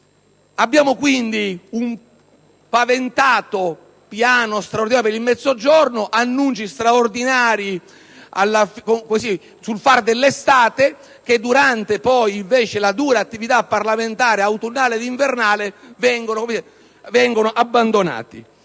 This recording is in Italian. Abbiamo quindi ascoltato di un piano straordinario per il Mezzogiorno, annunci straordinari sul far dell'estate che invece, nella dura attività parlamentare autunnale ed invernale, vengono abbandonati,